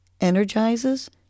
energizes